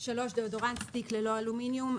(3)דאודורנט סטיק ללא אלומיניום,